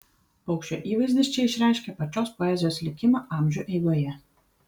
paukščio įvaizdis čia išreiškia pačios poezijos likimą amžių eigoje